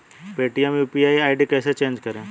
Paytm UPI ID कैसे change करें?